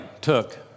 took